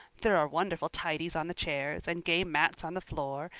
there are wonderful tidies on the chairs, and gay mats on the floor,